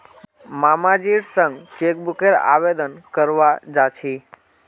मामाजीर संग चेकबुकेर आवेदन करवा जा छि